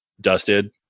dusted